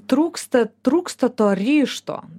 trūksta trūksta to ryžto